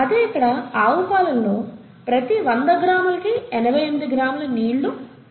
అదే ఇక్కడ ఆవు పాలల్లో ప్రతి 100 గ్రాములకి 88 గ్రాముల నీళ్లు 3